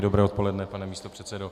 Dobré odpoledne, pane místopředsedo.